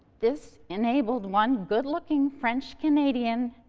this enabled one good-looking french canadian,